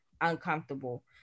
uncomfortable